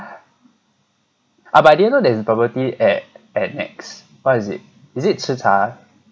ah but I didn't know there's bubble tea at at nex what is it is it sze cha